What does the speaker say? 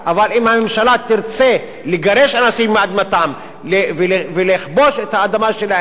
אבל אם הממשלה תרצה לגרש אנשים מאדמתם ולכבוש את האדמה שלהם,